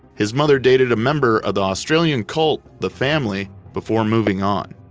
his mother dated a member of the australian cult the family before moving on.